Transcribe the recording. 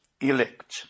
elect